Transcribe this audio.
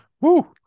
Woo